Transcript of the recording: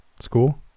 school